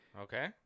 Okay